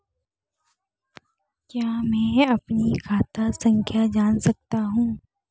क्या मैं अपनी खाता संख्या जान सकता हूँ?